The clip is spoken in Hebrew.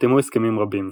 נחתמו הסכמים רבים,